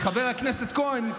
חבר הכנסת כהן,